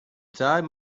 time